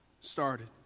started